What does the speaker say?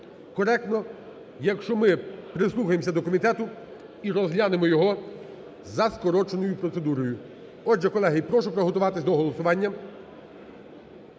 коректно, якщо ми прислухаємося до комітету і розглянемо його за скороченою процедурою. Отже, колеги, прошу приготуватись до голосування,